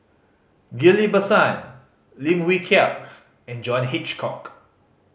Ghillie Basan Lim Wee Kiak and John Hitchcock